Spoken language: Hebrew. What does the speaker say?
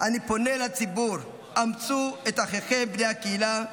אני פונה לציבור: אמצו את אחיכם בני הקהילה.